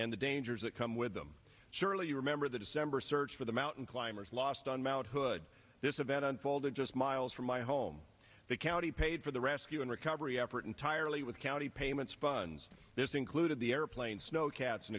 and the dangers that come with them surely you remember the december search for the mountain climbers lost on mt hood this event unfolded just miles from my home that can he paid for the rescue and recovery effort entirely with county payments buns this included the airplane snow cats and